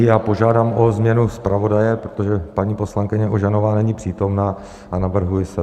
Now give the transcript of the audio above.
Já požádám o změnu zpravodaje, protože paní poslankyně Ožanová není přítomna, a navrhuji sebe.